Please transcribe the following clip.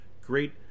great